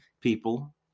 people